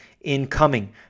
incoming